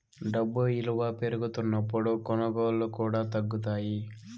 డబ్బు ఇలువ పెరుగుతున్నప్పుడు కొనుగోళ్ళు కూడా తగ్గుతాయి